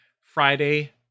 Friday